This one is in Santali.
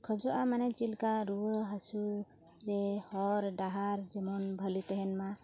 ᱠᱷᱚᱡᱚᱜᱼᱟ ᱢᱟᱱᱮ ᱪᱮᱫ ᱞᱮᱠᱟ ᱨᱩᱣᱟᱹ ᱦᱟᱥᱩᱨᱮ ᱦᱚᱨ ᱰᱟᱦᱟᱨ ᱡᱮᱢᱚᱱ ᱵᱷᱟᱹᱞᱤ ᱛᱟᱦᱮᱱ ᱢᱟ